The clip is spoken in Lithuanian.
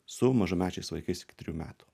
su mažamečiais vaikais iki trijų metų